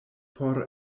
por